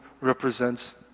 represents